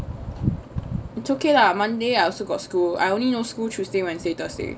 it's okay lah monday I also got school I only no school tuesday wednesday thursday